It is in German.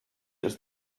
ist